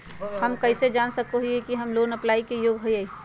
हम कइसे जान सको हियै कि हम लोन अप्लाई के योग्य हियै?